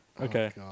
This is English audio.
Okay